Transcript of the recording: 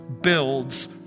builds